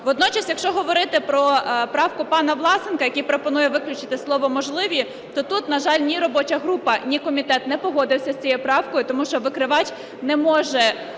Водночас якщо говорити про правку пана Власенка, який пропонує виключити слово "можливо", то тут, на жаль, ні робоча група, ні комітет не погодився з цією правкою, тому що викривач не може